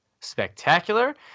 Spectacular